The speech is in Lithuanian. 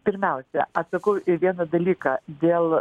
pirmiausia atsakau į vieną dalyką dėl